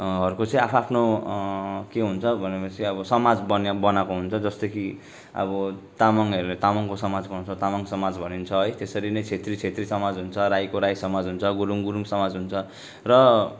हरूको चाहिँ आफ् आफ्नो के हुन्छ भने पछि अब समाज बनिए बनाएको हुन्छ जस्तो कि अब तामाङहरूले तामाङको समाज बनाउँछ तामाङ समाज भनिन्छ है त्यसरी नै छेत्री छेत्री समाज हुन्छ राईको राई समाज हुन्छ गुरुङ गुरुङ समाज हुन्छ र